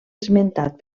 esmentat